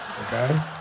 okay